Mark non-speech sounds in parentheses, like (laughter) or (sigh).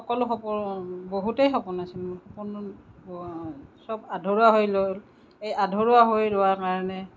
সকলো সপোন বহুতেই সপোন আছিল মোৰ (unintelligible) সব আধৰুৱা হৈ ৰ'ল এই আধৰুৱা হৈ ৰোৱা কাৰণে